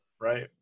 Right